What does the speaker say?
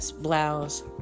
blouse